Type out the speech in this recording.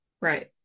right